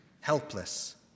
helpless